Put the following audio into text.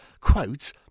quote